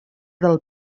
del